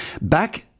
Back